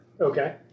Okay